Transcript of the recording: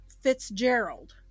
Fitzgerald